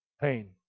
pain